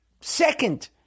second